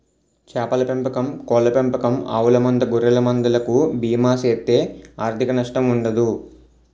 చేపల పెంపకం కోళ్ళ పెంపకం ఆవుల మంద గొర్రెల మంద లకు బీమా చేస్తే ఆర్ధిక నష్టం ఉండదు